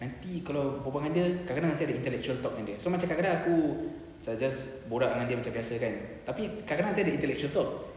nanti kalau berbual dengan dia kadang kadang nanti ada intellectual talk dengan dia so macam kadang kadang aku macam just borak dengan dia macam biasa kan tapi kadang kadang nanti ada intellectual talk